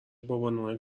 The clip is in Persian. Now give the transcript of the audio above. بابانوئل